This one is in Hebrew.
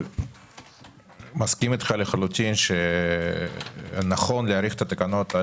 אני מסכים איתך לחלוטין שנכון להאריך את התקנות.